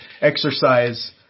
exercise